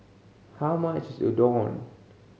how much is Udon